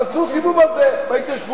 תעשו סיבוב על זה בהתיישבות.